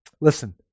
Listen